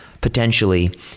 potentially